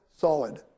solid